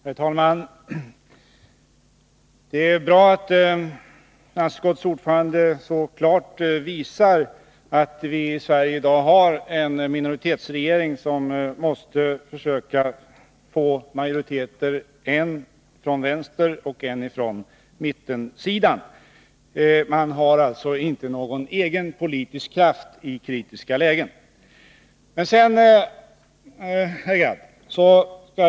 Herr talman! Det är bra att finansutskottets ordförande så klart visar att vi i Sverige i dag har en minoritetsregering, som måste försöka få majoritet än från vänster, än från mitten. Regeringen har inte någon egen politisk kraft i kritiska lägen.